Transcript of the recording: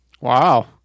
Wow